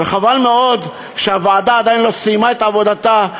חבל מאוד שהוועדה עדיין לא סיימה את עבודתה,